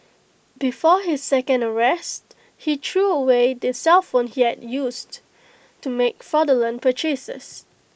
before his second arrest he threw away the cellphone he had used to make fraudulent purchases